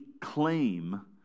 claim